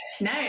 No